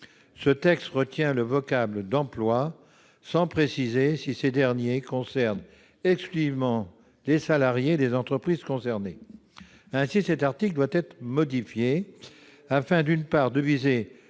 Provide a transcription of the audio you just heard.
ce texte retient le vocable d'« emplois », sans préciser si ces derniers concernent exclusivement les salariés des entreprises concernées. Ainsi, cet article doit être modifié afin, d'une part, de viser